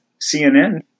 CNN